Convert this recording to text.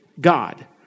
God